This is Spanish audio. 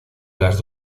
las